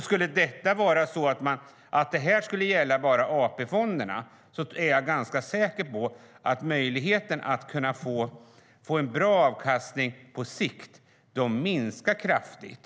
Skulle det här gälla bara AP-fonderna är jag ganska säker på att möjligheten att få en bra avkastning på sikt minskar kraftigt.